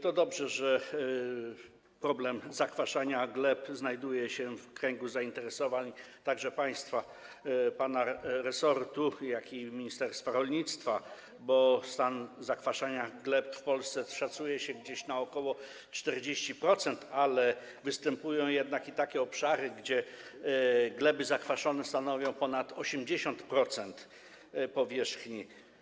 To dobrze, że problem zakwaszenia gleb także znajduje się w kręgu zainteresowań państwa, pana resortu, jak i ministerstwa rolnictwa, bo stan zakwaszenia gleb w Polsce szacuje się na ok. 40%, ale występują i takie obszary, gdzie gleby zakwaszone stanowią ponad 80% powierzchni.